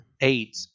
Eight